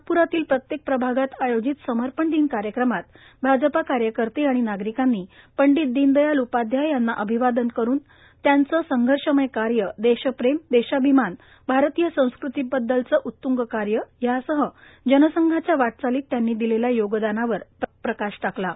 नागप्रातिल प्रत्येक प्रभागात आयोजित या समर्पण पिन कार्यक्रमात भाजप कार्यकर्ते आणि नागरिकांनी पंडित ीन याल उपाध्याय यांना अभिवा न करुन यांचे संघर्षमय कार्य ेशप्रेम ेशाभिमान भारतीय संस्कृति बद ल उतंग कार्य यासह जनसंघाच्या वाटचालित शिलेल्या योगशानावर यावेळी प्रकाश टाकण्यात आला